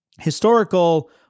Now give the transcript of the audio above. historical